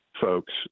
folks